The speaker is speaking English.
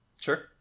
Sure